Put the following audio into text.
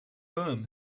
firm